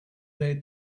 they